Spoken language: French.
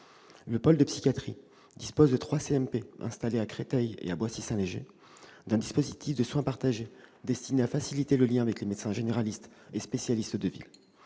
médico-psychologiques, ou CMP, installés à Créteil et à Boissy-Saint-Léger, et d'un dispositif de soins partagés destiné à faciliter le lien avec les médecins généralistes et les spécialistes de ville.